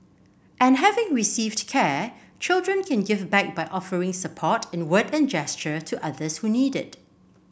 and having received care children can give back by offering support in word and gesture to others who need it